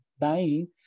dying